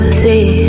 see